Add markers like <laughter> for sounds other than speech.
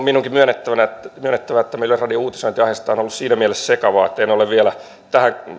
<unintelligible> minunkin myönnettävä että meillä yleisradion uutisointi aiheesta on ollut siinä mielessä sekavaa että en ole vielä tähän